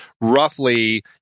Roughly